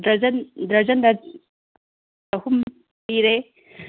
ꯗꯔꯖꯟꯗ ꯆꯍꯨꯝ ꯄꯤꯔꯦ